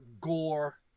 gore